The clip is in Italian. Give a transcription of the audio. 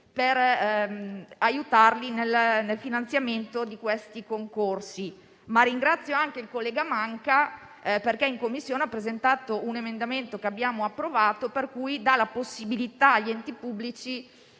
Comuni, nel finanziamento di questi concorsi. Ringrazio anche il collega Manca, perché in Commissione ha presentato un emendamento, che abbiamo approvato, che dà la possibilità agli enti pubblici